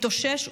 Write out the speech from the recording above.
התאושש,